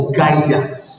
guidance